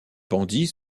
bandits